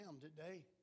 today